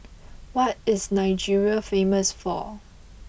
what is Nigeria famous for